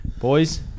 boys